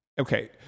Okay